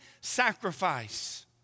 sacrifice